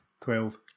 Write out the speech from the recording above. Twelve